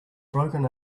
broken